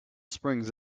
springs